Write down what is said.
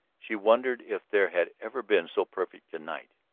she wondered if there had ever been so perfect a night,